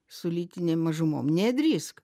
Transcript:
su lytinėm mažumom nedrįsk